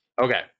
Okay